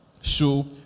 show